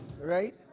Right